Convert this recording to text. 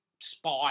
spy